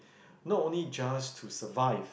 not only just to survive